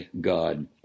God